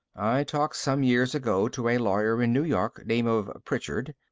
i talked some years ago to a lawyer in new york, name of pritchard.